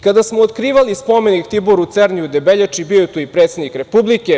Kada smo otkrivali Spomenik Tiboru Cerni u Debeljači bio je tu i predsednik Republike.